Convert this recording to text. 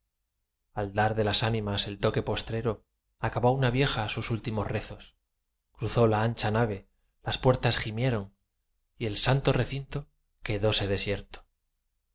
al dar de las ánimas el toque postrero acabó una vieja sus últimos rezos cruzó la ancha nave las puertas gimieron y el santo recinto quedóse desierto